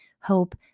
hope